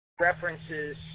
References